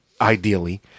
ideally